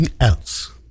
else